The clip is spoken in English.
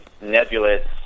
nebulous